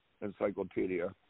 encyclopedia